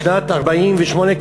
בשנת 1948,